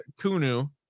Kunu